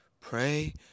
Pray